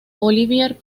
olivier